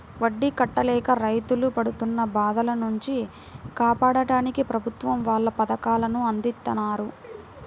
వడ్డీ కట్టలేక రైతులు పడుతున్న బాధల నుంచి కాపాడ్డానికి ప్రభుత్వం వాళ్ళు పథకాలను అందిత్తన్నారు